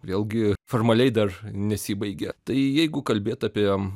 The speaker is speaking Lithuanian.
vėlgi formaliai dar nesibaigė tai jeigu kalbėt apie